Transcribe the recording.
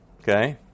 Okay